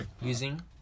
using